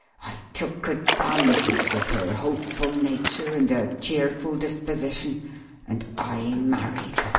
i took advantage of her hopeful nature and her cheerful disposition and i married her.